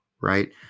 right